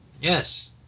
Yes